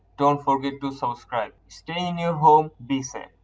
don't forget to subscribe. stay in your home. be safe.